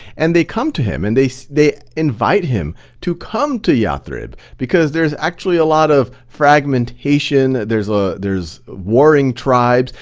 and they come to him and they so they invite him to come to yathrib because there's actually a lot of fragmentation, there's ah there's waring tribes.